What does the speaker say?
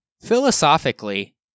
Philosophically